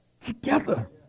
together